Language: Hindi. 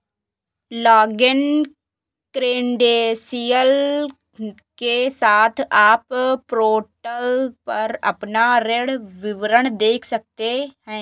लॉगिन क्रेडेंशियल के साथ, आप पोर्टल पर अपना ऋण विवरण देख सकते हैं